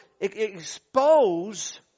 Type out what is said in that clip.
expose